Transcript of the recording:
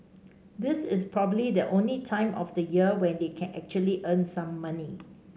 this is probably the only time of the year when they can actually earn some money